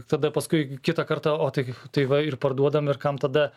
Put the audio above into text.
tada paskui kitą kartą o tai tai va ir parduodam ir kam tada